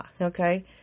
okay